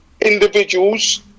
Individuals